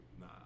Nah